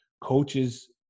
coaches